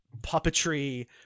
puppetry